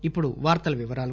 ఇప్పుడు వార్తల వివరాలు